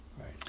Right